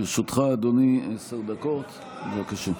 לרשותך, אדוני, עשר דקות, בבקשה.